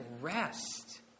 rest